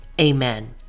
Amen